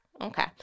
okay